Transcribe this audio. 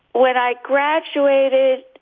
when i graduated,